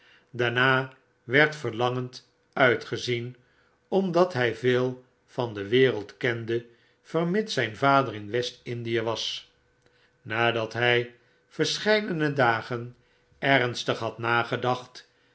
daaraaar werd verlangend uitgezien omdat hjj veel van de wereld kende vermits zijn vader in west-indie was nadat hfl verscheidene dagen ernstig had nagedacht